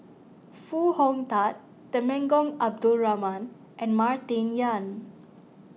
Foo Hong Tatt Temenggong Abdul Rahman and Martin Yan